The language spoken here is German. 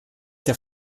der